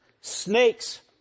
Snakes